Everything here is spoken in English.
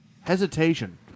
hesitation